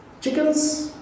Chickens